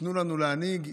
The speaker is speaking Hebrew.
תנו לנו להנהיג.